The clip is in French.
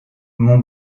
mon